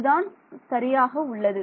இது தான் சரியாக உள்ளது